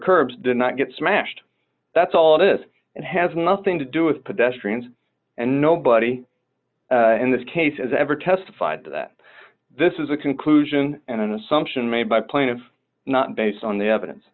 curbs did not get smashed that's all d it is and has nothing to do with pedestrians and nobody in this case is ever testified that this is a conclusion and an assumption made by plaintiff not based on the evidence